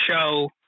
show